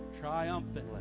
triumphantly